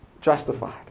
justified